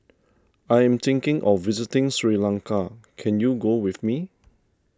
I am thinking of visiting Sri Lanka can you go with me